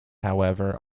however